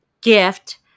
gift